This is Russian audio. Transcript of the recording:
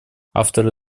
авторы